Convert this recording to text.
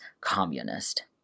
communist